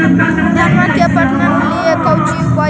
धनमा के पटबन के लिये कौची उपाय कर हखिन?